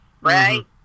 right